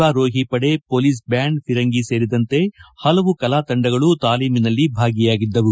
ಅಶ್ವಾರೋಹಿ ಪಡೆ police band ಫಿರಂಗಿ ಸೇರಿದಂತೆ ಪಲವು ಕಲಾ ತಂಡಗಳು ತಾಲೀಮಿನಲ್ಲಿ ಭಾಗಿಯಾಗಿದ್ದವು